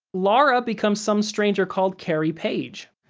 laura becomes some stranger called carrie paige.